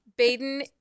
Baden